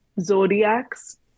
Zodiacs